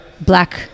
black